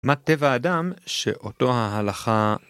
מה טבע האדם שאותו ההלכה?